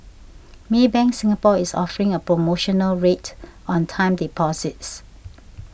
Maybank Singapore is offering a promotional rate on time deposits